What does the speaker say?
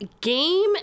game